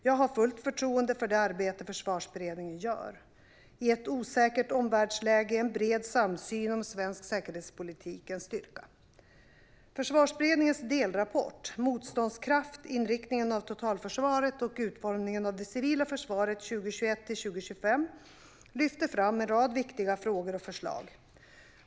Jag har fullt förtroende för det arbete Försvarsberedningen gör. I ett osäkert omvärldsläge är en bred samsyn om svensk säkerhetspolitik en styrka. Försvarsberedningens delrapport Motståndskraft - inriktningen av totalförsvaret och utformningen av det civila försvaret 2021 - 2025 lyfter fram en rad viktiga frågor och förslag.